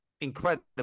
incredible